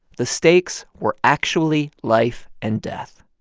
the stakes were actually life and death.